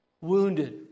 wounded